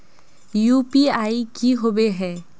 UPI की होबे है?